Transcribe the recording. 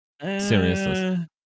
seriousness